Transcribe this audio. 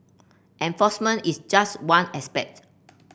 enforcement is just one aspect